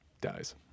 dies